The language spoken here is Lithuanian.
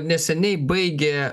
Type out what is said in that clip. neseniai baigė